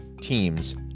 teams